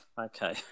Okay